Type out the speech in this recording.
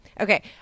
Okay